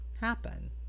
happen